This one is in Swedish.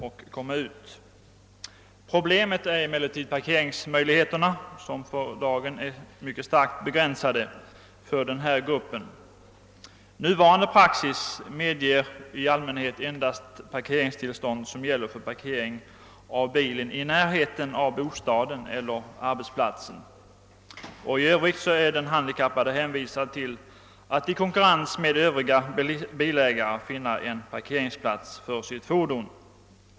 Det stora problemet är parkeringsmöjligheterna, som för denna grupp är starkt begränsade i dag. Nuvarande praxis är i allmänhet att parkeringstillstånd endast gäller för parkering av bilen i närheten av bostaden eller arbetsplatsen. I övrigt är den handikappade hänvisad till att försöka finna en parkeringsplats för sitt fordon i konkurrens med övriga bilägare.